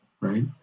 right